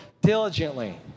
diligently